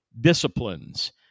disciplines